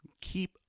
Keep